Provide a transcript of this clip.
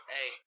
Hey